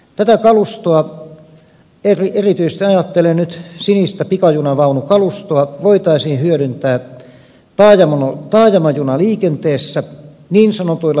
tätä kalustoa erityisesti ajattelen nyt sinistä pikajunavaunukalustoa voitaisiin hyödyntää taajamajunaliikenteessä niin sanotuilla vähäliikenteisillä radoilla